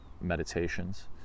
meditations